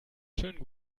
schönen